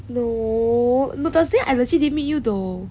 no thursday I legit didn't meet you though